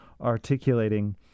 articulating